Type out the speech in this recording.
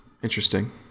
Interesting